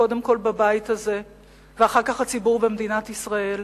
קודם כול בבית הזה ואחר כך הציבור במדינת ישראל,